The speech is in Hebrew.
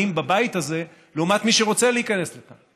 בבית הזה לעומת מי שרוצה להיכנס לכאן.